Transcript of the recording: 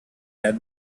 had